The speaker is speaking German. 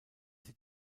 sie